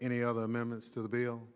any other amendments to the bill